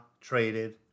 traded